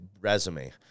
resume